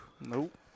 nope